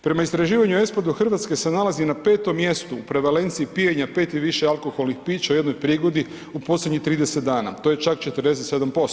Prema istraživanju ESPAD-a u Hrvatskoj se nalazi na 5 mjestu u prevalenciji pijenja 5 i više alkoholnih pića u jednoj prigodi u posljednjih 30 dana, to je čak 47%